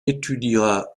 étudiera